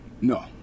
no